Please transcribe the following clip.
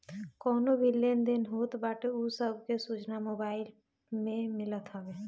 कवनो भी लेन देन होत बाटे उ सब के सूचना मोबाईल में मिलत हवे